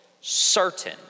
Certain